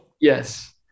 Yes